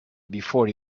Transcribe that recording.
before